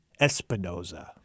Espinoza